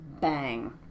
bang